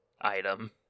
item